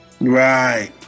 Right